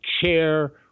chair